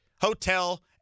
Hotel